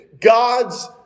God's